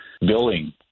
Billing